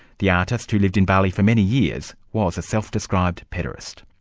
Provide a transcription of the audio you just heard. the artist, who lived in bali for many years, was a self-described pederast.